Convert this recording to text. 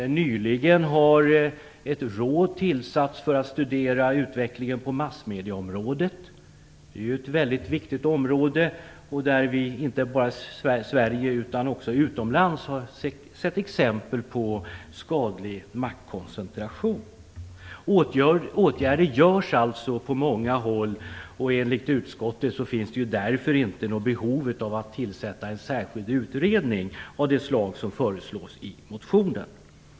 Nyligen har ett råd tillsatts för att studera utvecklingen på massmedieområdet. Det är ju ett väldigt viktigt område där vi inte bara i Sverige utan också utomlands har sett exempel på skadlig maktkoncentration. Åtgärder görs alltså på många håll. Enligt utskottet finns det därför inte något behov av att tillsätta en särskild utredning av det slag som föreslås i motionen.